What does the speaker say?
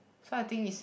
so I think is